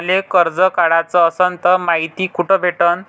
मले कर्ज काढाच असनं तर मायती कुठ भेटनं?